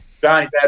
Johnny